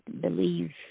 believe